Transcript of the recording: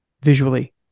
visually